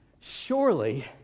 Surely